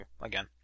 again